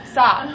Stop